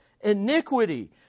iniquity